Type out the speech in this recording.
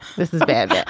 this is bad.